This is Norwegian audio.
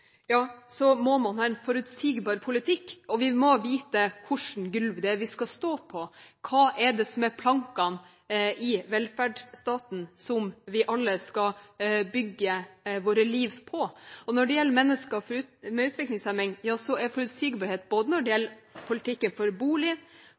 må man ha en forutsigbar politikk. Vi må vite hvilket gulv vi skal stå på, hva det er som er plankene i velferdsstaten som vi alle skal bygge livet vårt på. Når det gjelder mennesker med utviklingshemning, er forutsigbarhet når det gjelder politikken for